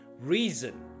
reason